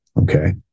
Okay